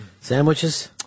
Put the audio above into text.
Sandwiches